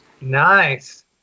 Nice